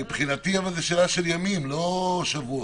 מבחינתי זו שאלה של ימים, לא שבועות.